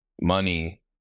money